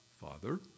father